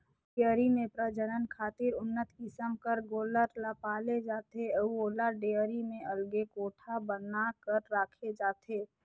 dairy में प्रजनन खातिर उन्नत किसम कर गोल्लर ल पाले जाथे अउ ओला डेयरी में अलगे कोठा बना कर राखे जाथे